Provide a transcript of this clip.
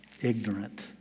ignorant